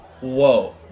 Whoa